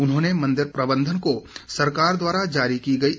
उन्होंने मंदिर प्रबंधन को सरकार द्वारा जारी की गई है